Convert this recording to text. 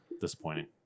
disappointing